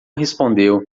respondeu